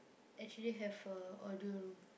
actually have a audio room